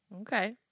okay